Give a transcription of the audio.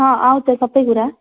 अँ आउँछ सबै कुरा